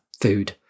food